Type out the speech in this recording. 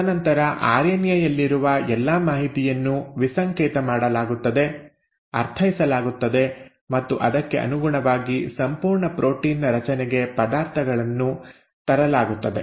ತದನಂತರ ಆರ್ಎನ್ಎ ಯಲ್ಲಿರುವ ಎಲ್ಲಾ ಮಾಹಿತಿಯನ್ನು ವಿಸಂಕೇತ ಮಾಡಲಾಗುತ್ತದೆ ಅರ್ಥೈಸಲಾಗುತ್ತದೆ ಮತ್ತು ಅದಕ್ಕೆ ಅನುಗುಣವಾಗಿ ಸಂಪೂರ್ಣ ಪ್ರೋಟೀನ್ ನ ರಚನೆಗೆ ಪದಾರ್ಥಗಳನ್ನು ತರಲಾಗುತ್ತದೆ